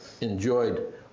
enjoyed